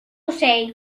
ocell